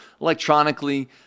electronically